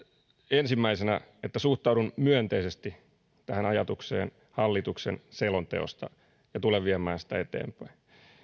ensimmäisenä että suhtaudun myönteisesti ajatukseen hallituksen selonteosta ja tulen viemään sitä eteenpäin